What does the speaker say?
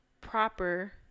proper